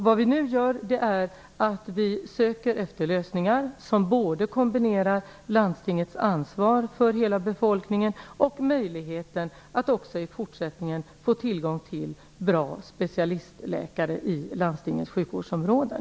Vad vi nu gör är att vi söker efter lösningar som kombinerar landstingets ansvar för hela befolkningen och möjligheten att också i fortsättningen få tillgång till bra specialistläkare i landstingets sjukvårdsområden.